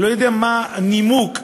אני לא יודע מה הנימוק הענייני,